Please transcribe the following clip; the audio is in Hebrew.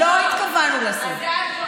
לא התכוונו לזה.